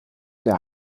der